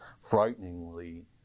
frighteningly